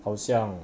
好像